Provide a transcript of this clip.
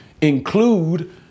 include